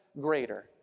greater